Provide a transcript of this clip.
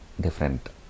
different